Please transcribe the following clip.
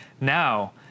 now